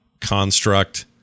construct